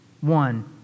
One